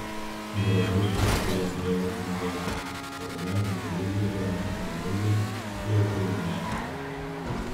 gražus rugsėjo žiedas molėtuose rudens gėrybių ir amatų mugė jau pilni ąsočiai